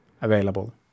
available